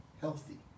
healthy